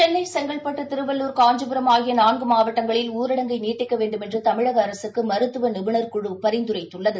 சென்னை செங்கல்பட்டு திருவள்ளூர் காஞ்சிபுரம் ஆகியநான்குமாவட்டங்களில் ஊரடங்கை நீட்டிக்கவேண்டுமென்றுதமிழகஅரசுக்குமருத்துவநிபுணா்குழுபரிந்துரைத்துள்ளது